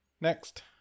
Next